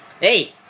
Hey